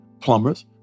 plumbers